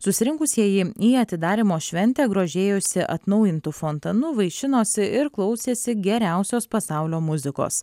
susirinkusieji į atidarymo šventę grožėjosi atnaujintu fontanu vaišinosi ir klausėsi geriausios pasaulio muzikos